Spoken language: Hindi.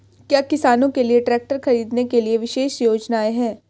क्या किसानों के लिए ट्रैक्टर खरीदने के लिए विशेष योजनाएं हैं?